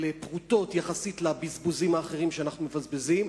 אלה פרוטות יחסית לבזבוזים האחרים שאנחנו מבזבזים.